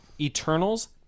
Eternals